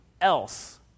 else